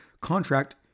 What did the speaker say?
contract